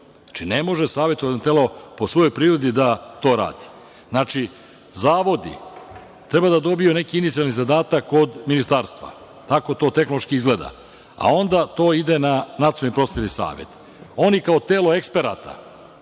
Znači, ne može savetodavno telo po svojoj prirodi da to radi. Znači, zavodi treba da dobiju neki inicijalni zadatak od Ministarstva. Tako to tehnološki izgleda. Onda to ide na NPS. Oni kao telo eksperata